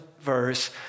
verse